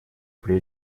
при